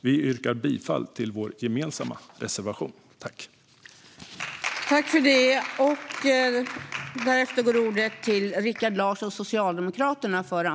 Vi yrkar bifall till vår gemensamma reservation nr 2.